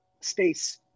space